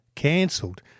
Cancelled